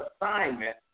assignment